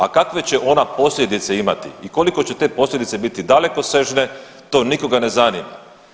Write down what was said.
A kakve će ona posljedice imati i koliko će te posljedice biti dalekosežne, to nikoga ne zanima.